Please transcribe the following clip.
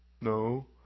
No